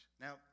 Now